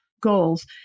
goals